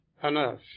enough